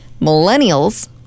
millennials